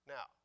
Now